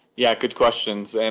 yeah. good questions. and